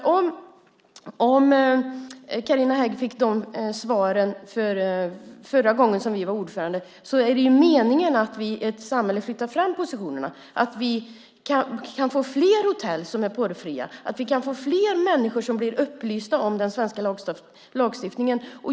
Om Carina Hägg fick de svaren förra gången vi var ordförande är det meningen att ett samhälle ska ha flyttat fram positionerna, att vi kan få fler hotell som är porrfria, att fler människor kan bli upplysta om den svenska lagstiftningen.